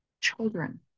children